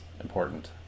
important